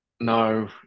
No